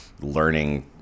learning